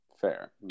Fair